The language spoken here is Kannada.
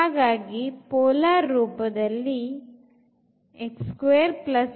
ಹಾಗಾಗಿ polar ರೂಪದಲ್ಲಿ ಆಗುತ್ತದೆ